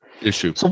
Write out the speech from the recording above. issue